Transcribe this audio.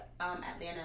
Atlanta